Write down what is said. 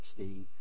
16